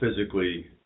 physically